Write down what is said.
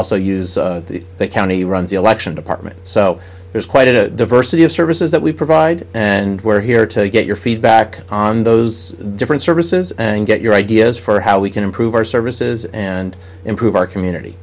use the county runs the election department so there's quite a diversity of services that we provide and we're here to get your feedback on those different services and get your ideas for how we can improve our services and improve our community